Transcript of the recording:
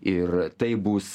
ir tai bus